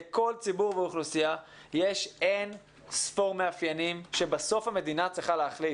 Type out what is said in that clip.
לכל ציבור ואוכלוסייה יש אין-ספור מאפיינים שבסוף המדינה צריכה להחליט